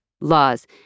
laws